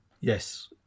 Yes